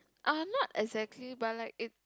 I'm not exactly but like it